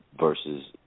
versus